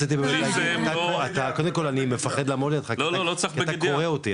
קודם כל אני מפחד לעמוד לידך כי אתה קורא אותי,